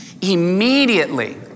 Immediately